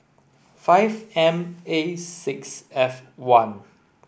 five M A six F one